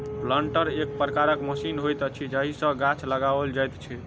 planter एक प्रकारक machine होइत अछि जाहि सॅ गाछ लगाओल जाइत छै